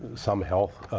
some help,